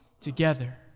together